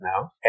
now